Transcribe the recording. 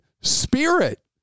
Spirit